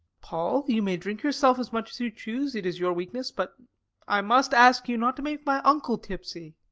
paul, you may drink yourself as much as you choose, it is your weakness, but i must ask you not to make my uncle tipsy.